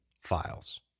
files